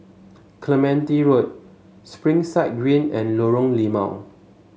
Clementi Road Springside Green and Lorong Limau